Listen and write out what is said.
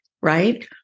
right